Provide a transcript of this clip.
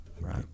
right